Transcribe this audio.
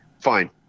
Fine